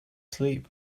sleep